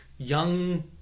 young